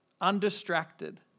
undistracted